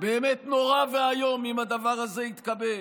באמת, נורא ואיום אם הדבר הזה יתקבל.